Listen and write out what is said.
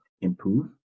improve